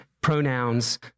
pronouns